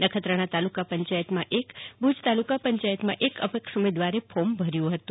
નખત્રાણા તાલુકા પંચાયતમાં એક ભુજ તાલુકા પન્યયાર્તમાં એક અપક્ષ ઉમેદવારે ફોર્મ ભર્યું હતું